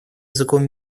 языком